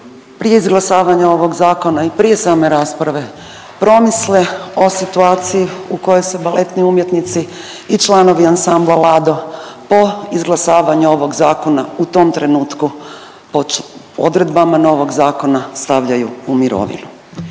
prije izglasavanja ovog zakona i prije same rasprave promisle o situaciji u kojoj se baletni umjetnici i članovi Ansambla Lado po izglasavanju ovog zakona u tom trenutku po odredbama novog zakona stavljaju u mirovinu.